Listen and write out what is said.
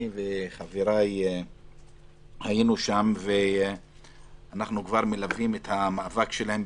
אני וחבריי היינו שם ואנחנו כבר מלווים את המאבק שלהם,